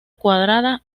cuadrada